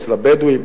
אצל הבדואים,